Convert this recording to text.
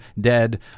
dead